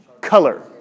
Color